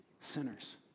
sinners